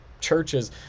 churches